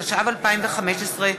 התשע"ו 2015,